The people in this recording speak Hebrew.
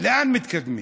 לאן מתקדמים.